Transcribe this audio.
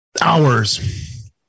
hours